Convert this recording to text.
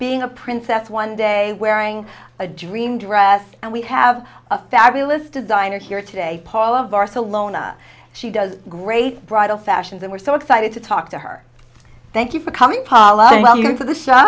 being a princess one day wearing a dream dress and we have a fabulous designer here today paula barcelona she does great bridal fashions and we're so excited to talk to her thank you for coming palla